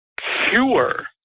cure